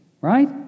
right